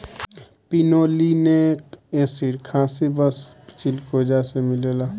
pinolenic acid खासी बस चिलगोजा से मिलेला